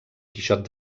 quixot